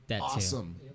awesome